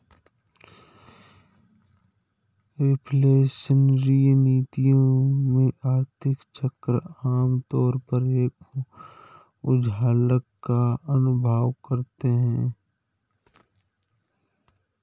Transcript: reflationary नीतियों में, आर्थिक चक्र आम तौर पर एक उछाल का अनुभव करता है